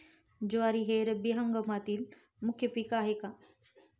ज्वारी हे रब्बी हंगामातील मुख्य पीक आहे का?